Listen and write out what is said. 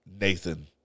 Nathan